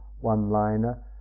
one-liner